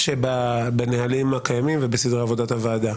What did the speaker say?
שבנהלים הקיימים ובסדרי עבודת הוועדה.